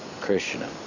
Krishna